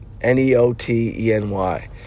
N-E-O-T-E-N-Y